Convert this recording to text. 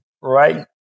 Right